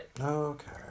okay